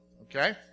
Okay